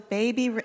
baby